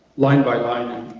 line by line,